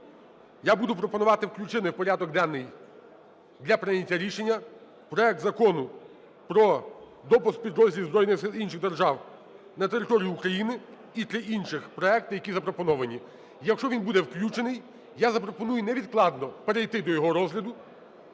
я буду пропонувати включити у порядок денний для прийняття рішення проект Закону про допуск підрозділів збройних сил інших держав на територію України і три інших проекти, які були запропоновані. Якщо він буде включений, я запропоную невідкладно перейти до його розгляду.